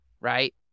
right